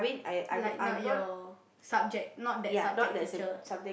like not your subject not that subject teacher